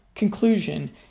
Conclusion